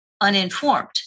uninformed